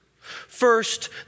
first